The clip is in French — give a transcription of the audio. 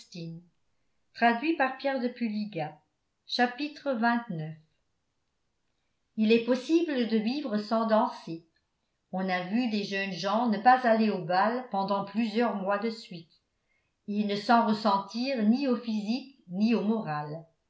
il est possible de vivre sans danser on a vu des jeunes gens ne pas aller au bal pendant plusieurs mois de suite et ne s'en ressentir ni au physique ni au moral